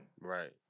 Right